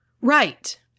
right